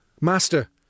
Master